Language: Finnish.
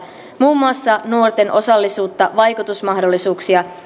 muun muassa nuorten osallisuutta vaikutusmahdollisuuksia